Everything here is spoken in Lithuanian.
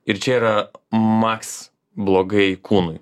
ir čia yra maks blogai kūnui